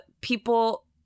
people